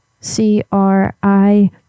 C-R-I-